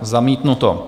Zamítnuto.